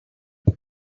have